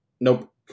Nope